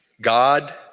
God